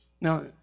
Now